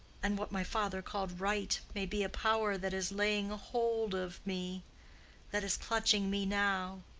and what my father called right may be a power that is laying hold of me that is clutching me now.